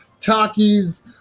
Takis